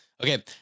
Okay